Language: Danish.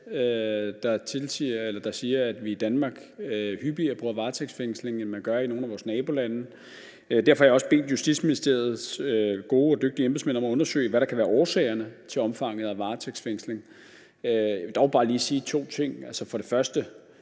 der siger, at vi i Danmark hyppigere bruger varetægtsfængsling, end man gør i nogle af vores nabolande. Derfor har jeg også bedt Justitsministeriets gode og dygtige embedsmænd om at undersøge, hvad der kan være årsagerne til omfanget af varetægtsfængsling. Jeg vil dog bare lige sige to ting. Altså, for det første